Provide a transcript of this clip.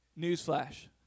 Newsflash